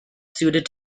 suited